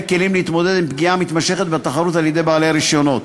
כלים להתמודד עם פגיעה מתמשכת בתחרות על-ידי בעלי הרישיונות.